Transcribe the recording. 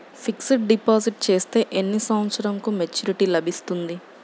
Fixed deposit చేస్తే ఎన్ని సంవత్సరంకు మెచూరిటీ లభిస్తుంది?